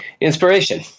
inspiration